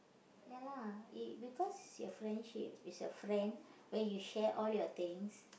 ya lah E~ because your friendship is your friend where you share all your things